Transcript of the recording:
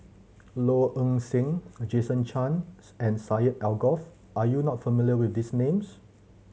Low Ng Sing Jason Chan's and Syed Alsagoff are you not familiar with these names